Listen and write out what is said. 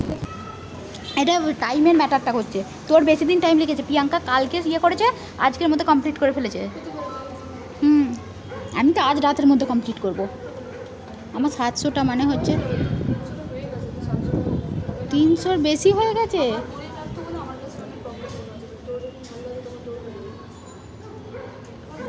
UPI এর মাধ্যমে টাকা লেনদেনের কোন কি প্রমাণপত্র পাওয়া য়ায়?